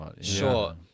Sure